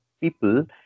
people